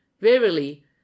verily